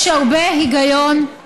יש הרבה היגיון, מה,